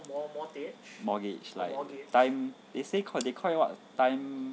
mortgage like the time they said they called it what time